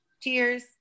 Cheers